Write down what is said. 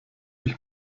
ich